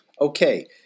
Okay